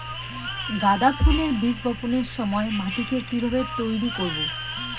গাদা ফুলের বীজ বপনের সময় মাটিকে কিভাবে তৈরি করব?